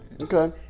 Okay